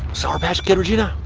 sour patch kid regina?